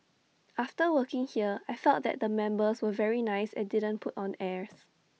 after working here I felt that the members were very nice and didn't put on airs